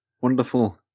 Wonderful